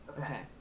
Okay